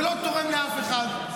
זה לא תורם לאף אחד.